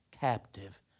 captive